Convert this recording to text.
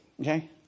okay